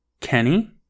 Kenny